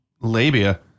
labia